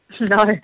No